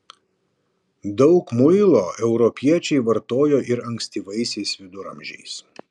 daug muilo europiečiai vartojo ir ankstyvaisiais viduramžiais